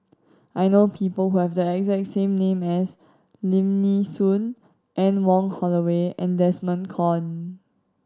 I know people who have the exact same name as Lim Nee Soon Anne Wong Holloway and Desmond Kon